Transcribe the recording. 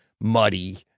muddy